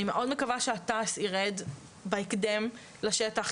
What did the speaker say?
אני מאוד מקווה התע"ס ירד בהקדם לשטח,